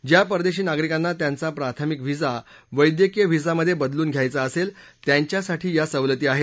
ज्या परदेशी नागरिकांना त्यांचा प्राथमिक व्हिसा वैद्यकीय व्हिसामधे बदलून द्यायचा असेल त्यांच्यासाठी या सवलती आहेत